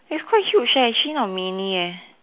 it's quite huge eh actually not mini eh